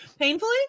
Painfully